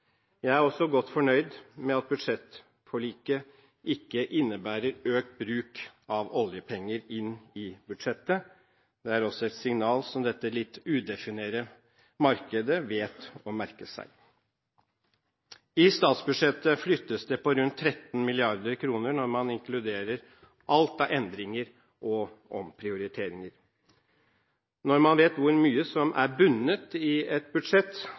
Jeg er også godt fornøyd med at budsjettforliket ikke innebærer økt bruk av oljepenger inn i budsjettet. Det er også et signal som dette litt udefinerte markedet vet å merke seg. I statsbudsjettet flyttes det på rundt 13 mrd. kr når man inkluderer alt av endringer og omprioriteringer. Når man vet hvor mye som er bundet i et budsjett,